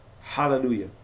Hallelujah